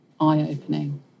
eye-opening